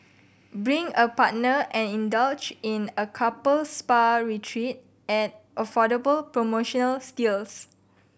bring a partner and indulge in a couple spa retreat at affordable promotional steals